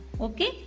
Okay